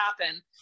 happen